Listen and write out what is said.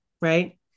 right